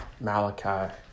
Malachi